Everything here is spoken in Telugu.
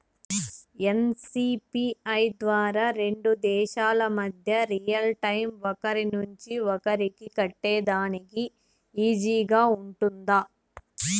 ఎన్.సి.పి.ఐ ద్వారా రెండు దేశాల మధ్య రియల్ టైము ఒకరి నుంచి ఒకరికి కట్టేదానికి ఈజీగా గా ఉంటుందా?